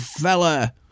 fella